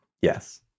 Yes